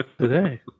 Today